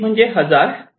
एक म्हणजे हजार्ड